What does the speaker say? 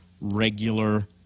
regular